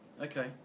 Okay